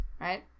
right